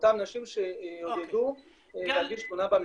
לאותן נשים שיעודדו להגיש תלונה במשטרה.